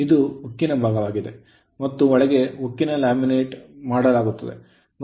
ಈಗ ಸ್ಟಾಟರ್ ಉಕ್ಕಿನ ಚೌಕಟ್ಟನ್ನು ಒಳಗೊಂಡಿದೆ ಇದು ಸ್ಟ್ಯಾಕ್ಡ್ ಲ್ಯಾಮಿನೇಶನ್ ನಿಂದ ಮಾಡಿದ ಟೊಳ್ಳಾದ ಸಿಲಿಂಡರಾಕಾರದ ಅನ್ನು ಸುತ್ತುವರೆದಿದೆ